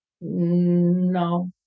No